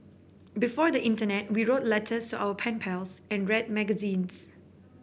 before the internet we wrote letters our pen pals and read magazines